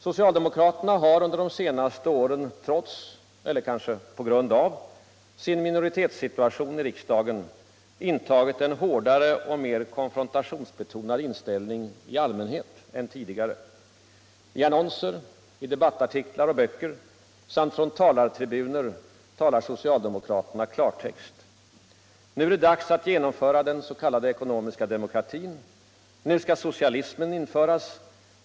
Socialdemokraterna har under de senaste åren trots — eller kanske på grund av — sin minoritetssituation i riksdagen intagit en hårdare och mera konfrontationsbetonad inställning i allmänhet än tidigare. I annonser, debattartiklar och böcker samt från talartribuner talar socialdemokraterna klartext. Nu är det dags att genomföra den s.k. ekonomiska demokratin. Nu skall socialismen införas.